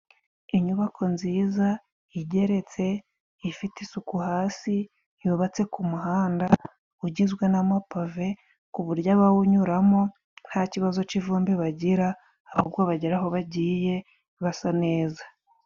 Inyubako nziza igeretse ifite isuku hasi, yubatse ku muhanda ugizwe n'amapave. Ku buryo abawunyuramo nta kibazo cy'ivumbi bagira, ahubwo bagera aho bagiye basa neza.